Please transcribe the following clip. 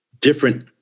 different